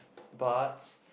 but